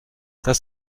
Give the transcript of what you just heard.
das